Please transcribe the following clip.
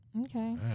Okay